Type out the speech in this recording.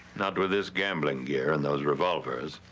not with this gambling gear and those revolvers.